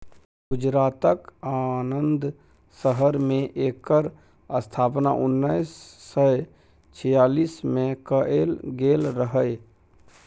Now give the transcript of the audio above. गुजरातक आणंद शहर मे एकर स्थापना उन्नैस सय छियालीस मे कएल गेल रहय